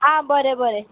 आं बरें बरें